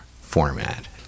format